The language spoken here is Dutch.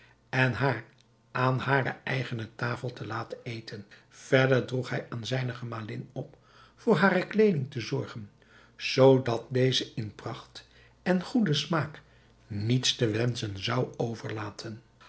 en haar aan hare eigene tafel te laten eten verder droeg hij aan zijne gemalin op voor hare kleeding te zorgen zoodat deze in pracht en goeden smaak niets te wenschen zou overlaten